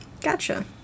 Gotcha